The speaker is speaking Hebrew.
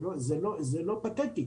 זה לא פתטי,